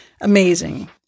amazing